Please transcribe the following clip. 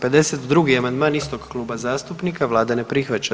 52. amandman istog kluba zastupnika, Vlada ne prihvaća.